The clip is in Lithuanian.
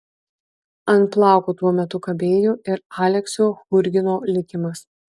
ant plauko tuo metu kabėjo ir aleksio churgino likimas